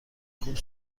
خوب